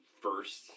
first